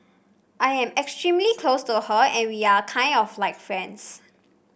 I am extremely close to her and we are kind of like friends